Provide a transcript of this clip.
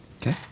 Okay